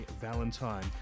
Valentine